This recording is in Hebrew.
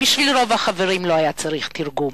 רוב החברים לא היו נזקקים לתרגום.